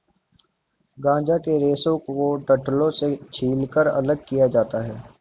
गांजा के रेशे को डंठलों से छीलकर अलग किया जाता है